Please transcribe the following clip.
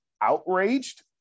outraged